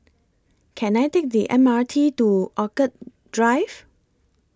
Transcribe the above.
Can I Take The M R T to Orchid Drive